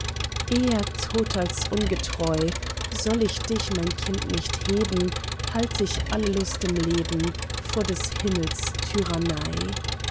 eher tot als ungetreu soll ich dich mein kind nicht heben halt ich alle lust im leben vor des himmels tyrannei